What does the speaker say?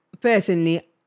personally